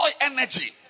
energy